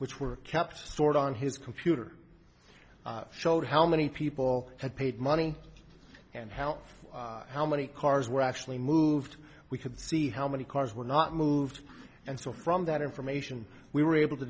which were kept sort on his computer showed how many people had paid money and how how many cars were actually moved we could see how many cars were not moved and so from that information we were able to